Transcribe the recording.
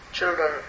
Children